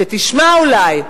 שתשמע אולי,